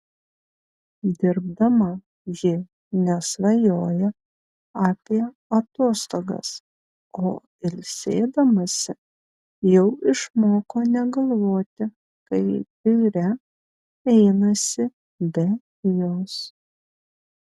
dirbdama ji nesvajoja apie atostogas o ilsėdamasi jau išmoko negalvoti kaip biure einasi be jos